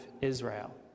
Israel